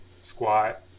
squat